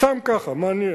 סתם ככה, מעניין.